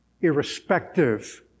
irrespective